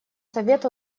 совет